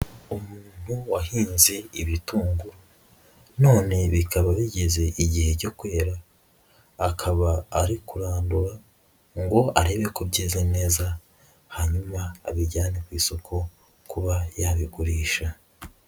Umuntu wahinze ibitunguru, none bikaba bigeze igihe cyo kwera, akaba ari kurandura ngo arebe ko bye neza, hanyuma abijyane ku isoko kuba yabigurisha.